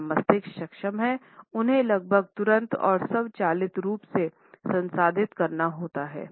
हमारा मस्तिष्क सक्षम है उन्हें लगभग तुरंत और स्वचालित रूप से संसाधित करना होता है